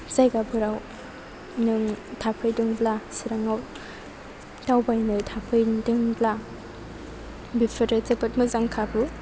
जायगाफोराव नों थाफैदोंब्ला चिराङाव दावबायनो थाफैदोंब्ला बिफोरो जोबोद मोजां खाबु